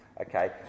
Okay